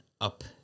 up